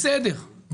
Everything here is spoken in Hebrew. בסדר,